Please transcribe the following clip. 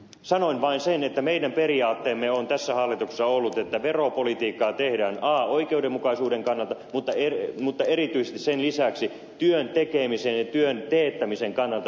sanoin vain sen että meidän periaatteemme on tässä hallituksessa ollut että veropolitiikkaa tehdään oikeudenmukaisuuden kannalta mutta erityisesti sen lisäksi työn tekemisen ja työn teettämisen kannalta järkevällä tavalla